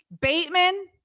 Bateman